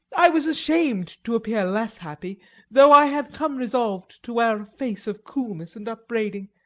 i was ashamed to appear less happy though i had come resolved to wear a face of coolness and upbraiding.